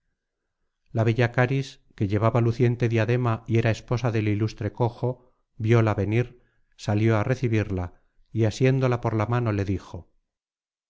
la bella caris que llevaba luciente diadema y era esposa del ilustre cojo viola venir salió á recibirla y asiéndola por la mano le dijo